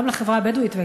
גם לחברה הבדואית,